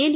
L